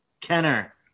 Kenner